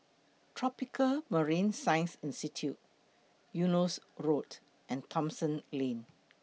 Tropical Marine Science Institute Eunos Road and Thomson Lane